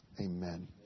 Amen